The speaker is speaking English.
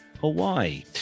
Hawaii